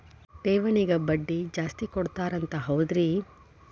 ಠೇವಣಿಗ ಬಡ್ಡಿ ಜಾಸ್ತಿ ಕೊಡ್ತಾರಂತ ಹೌದ್ರಿ?